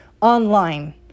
online